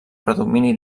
predomini